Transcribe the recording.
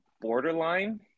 borderline